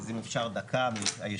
מירב בן ארי,